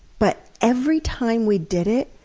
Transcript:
but every time we did it,